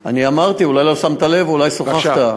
אמרתי, אולי לא שמת לב, אולי שוחחת.